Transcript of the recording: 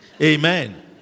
Amen